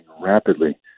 rapidly